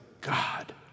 God